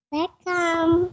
Welcome